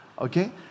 okay